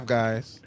guys